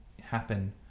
happen